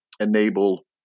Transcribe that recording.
enable